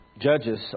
judges